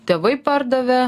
tėvai pardavė